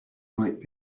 might